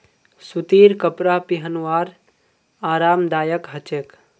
सूतीर कपरा पिहनवार आरामदायक ह छेक